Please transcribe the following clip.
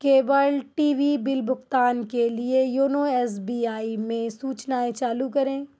cable TV bill भुगतान के लिए योनो एस बी आई में सूचनाएँ चालू करें